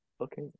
okay